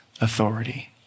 authority